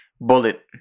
bullet